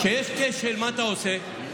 כשיש כשל, מה אתה עושה?